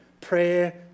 prayer